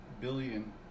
billion